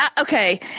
Okay